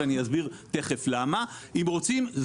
ואני אסביר תיכף למה אם רוצים,